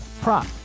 prop